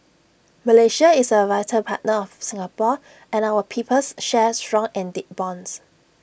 Malaysia is A vital partner of Singapore and our peoples share strong and deep bonds